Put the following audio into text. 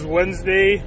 Wednesday